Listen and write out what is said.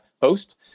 post